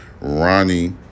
Ronnie